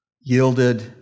yielded